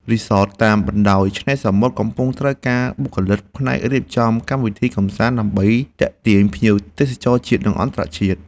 រីសតតាមបណ្តោយឆ្នេរសមុទ្រកំពុងត្រូវការបុគ្គលិកផ្នែករៀបចំកម្មវិធីកម្សាន្ត ដើម្បីទាក់ទាញភ្ញៀវទេសចរជាតិ និងអន្តរជាតិ។